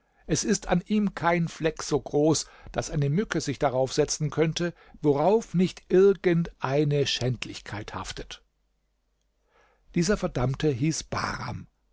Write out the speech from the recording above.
es ist an ihm kein fleck so groß daß eine mücke sich darauf setzen könnte worauf nicht irgend eine schändlichkeit haftet dieser verdammte hieß bahram